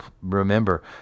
remember